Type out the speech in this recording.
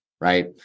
right